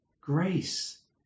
Grace